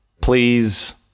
please